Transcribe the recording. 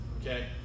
okay